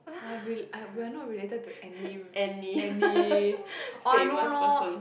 !huh! we uh we are not related to any any orh I know lor